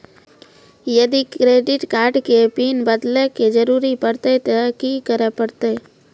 यदि credit card के pin बदले के जरूरी परतै ते की करे परतै?